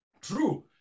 True